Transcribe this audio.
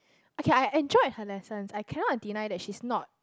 okay I enjoyed her lessons I cannot deny that she's not